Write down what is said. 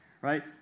Right